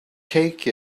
take